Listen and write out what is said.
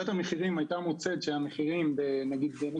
המחירים הייתה מוצאת שהמחירים נגיד ב- --,